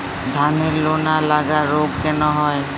ধানের লোনা লাগা রোগ কেন হয়?